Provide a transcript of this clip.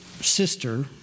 sister